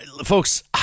folks